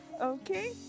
Okay